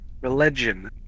religion